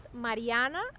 Mariana